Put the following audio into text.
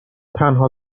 تنها